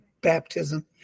baptism